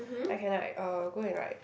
I can like uh go and like